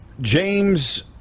James